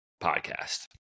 podcast